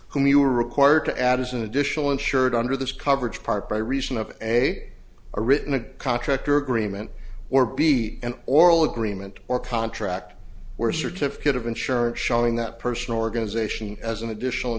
whom you are required to add as an additional insured under this coverage part by reason of a or written a contract or agreement or be an oral agreement or contract where certificate of insurance showing that person organization as an additional